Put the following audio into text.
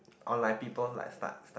oh like people like start start